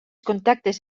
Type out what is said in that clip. contactes